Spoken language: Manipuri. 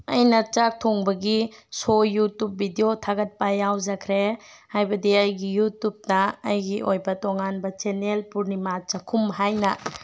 ꯑꯩꯅ ꯆꯥꯛ ꯊꯣꯡꯕꯒꯤ ꯁꯣ ꯌꯨꯇꯨꯞ ꯕꯤꯗꯤꯑꯣ ꯊꯥꯒꯠꯄ ꯌꯥꯎꯖꯈ꯭ꯔꯦ ꯍꯥꯏꯕꯗꯤ ꯑꯩꯒꯤ ꯌꯨꯇꯨꯞꯇ ꯑꯩꯒꯤ ꯑꯣꯏꯕ ꯇꯣꯡꯉꯥꯟꯕ ꯆꯦꯟꯅꯦꯜ ꯄꯨꯔꯅꯤꯃꯥ ꯆꯥꯛꯈꯨꯝ ꯍꯥꯏꯅ